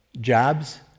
jobs